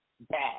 bad